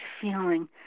feeling